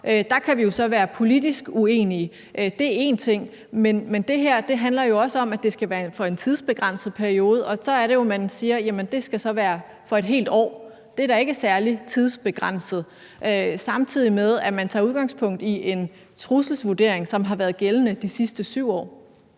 der kan vi jo så være politisk uenige – det er én ting – men det her handler jo også om, at det skal være for en tidsbegrænset periode, og så er det jo, man siger, at det skal være for et helt år. Det er da ikke særlig tidsbegrænset. Og samtidig med tager man udgangspunkt i en trusselsvurdering, som har været gældende de sidste 7 år.